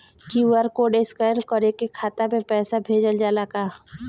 QR code scan करके खाता में पैसा भेजल जाला का?